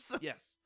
Yes